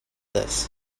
this